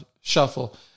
shuffle